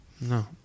No